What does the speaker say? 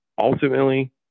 ultimately